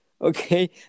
okay